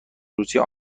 روسیه